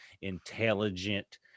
intelligent